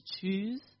choose